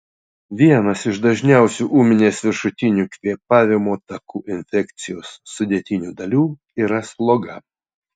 vienas iš dažniausių ūminės viršutinių kvėpavimo takų infekcijos sudėtinių dalių yra sloga